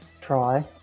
try